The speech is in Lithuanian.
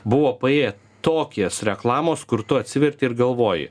buvo paėję tokias reklamos kur tu atsiverti ir galvoji